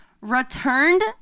returned